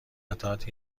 قطعات